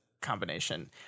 combination